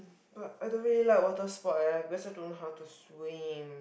but I don't really like water sport eh because I don't know how to swim